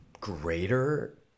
greater